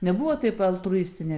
nebuvo taip altruistinė